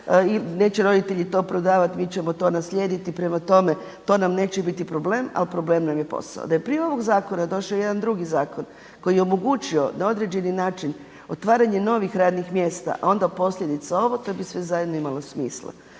neće roditelji to prodavat, mi ćemo to naslijediti prema tome to nam neće biti problem, ali problem nam je posao. Da je … zakona došao jedan drugi zakon koji je omogućio na određeni način otvaranje novih radnih mjesta a onda posljedica ovo, to bi sve zajedno imalo smisla.